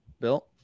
Bill